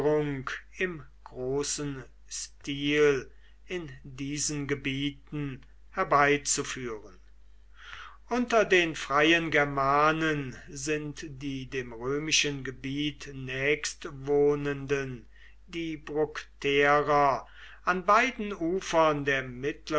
im großen stil in diesen gebieten herbeizuführen unter den freien germanen sind die dem römischen gebiet nächstwohnenden die bructerer an beiden ufern der